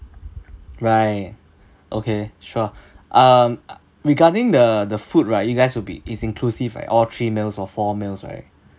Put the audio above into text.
right okay sure um regarding the the food right you guys will be is inclusive right all three meals or four meals right